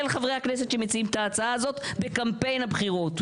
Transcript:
חברי הכנסת שמציעים את ההצעה הזאת בקמפיין הבחירות.